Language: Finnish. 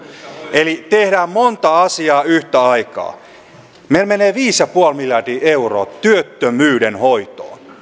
eli tehdään monta asiaa yhtä aikaa meillä menee viisi pilkku viisi miljardia euroa työttömyyden hoitoon